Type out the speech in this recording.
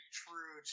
true